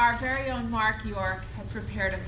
mark you are prepared